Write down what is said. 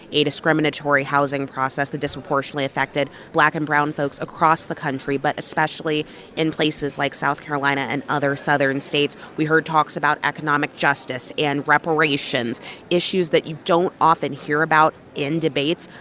a discriminatory housing process that disproportionately affected black and brown folks across the country but especially in places like south carolina and other southern states. we heard talks about economic justice and reparations issues that you don't often hear about in debates.